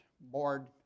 board